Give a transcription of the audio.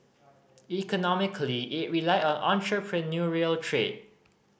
economically it relied on entrepreneurial trade